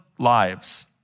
lives